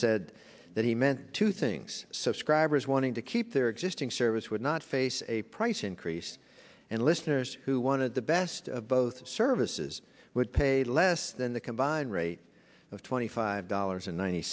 said that he meant two things subscribers wanting to keep their existing service would not face a price increase and listeners who wanted the best of both services would pay less than the combined rate of twenty five dollars and ninety